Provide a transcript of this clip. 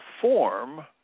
form